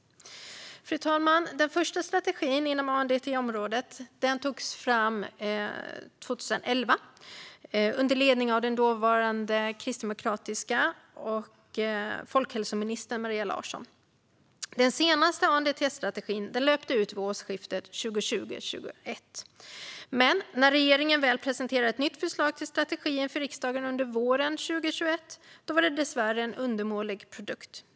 Fru talman! Den första strategin på ANDTS-området togs fram 2011 under ledning av den dåvarande folkhälsoministern, kristdemokraten Maria Larsson. Den senaste ANDTS-strategin löpte ut vid årsskiftet 2020/21. Men när regeringen väl presenterade ett nytt förslag till strategi för riksdagen under våren 2021 var det dessvärre en undermålig produkt.